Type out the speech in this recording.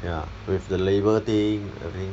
ya with the labour thing